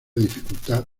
dificultad